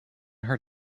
her